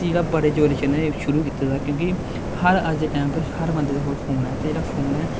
उसी जेहडा बडे़ जोरे कन्नै शुरु कीता दा क्योंकि हर अज्ज दे टाइम उप्पर हर बंदा दे कोल फोन ऐ ते जेहड़ा फोन ऐ